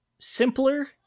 Simpler